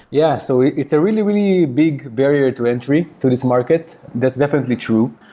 yeah. so it's a really, really big barrier to entry to this market. that's definitely true.